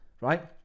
right